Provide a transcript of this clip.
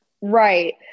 Right